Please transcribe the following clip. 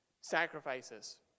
Sacrifices